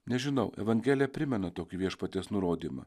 nežinau evangelija primena tokį viešpaties nurodymą